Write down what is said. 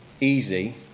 easy